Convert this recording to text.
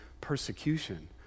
persecution